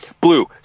Blue